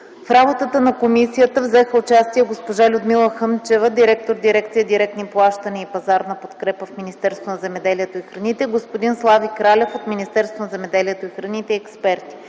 В работата на комисията взеха участие госпожа Людмила Хъмчева – директор на дирекция „Директни плащания и пазарна подкрепа” в Министерството на земеделието и храните, господин Слави Кралев от Министерството на земеделието и храните и експерти.